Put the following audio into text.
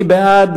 מי בעד?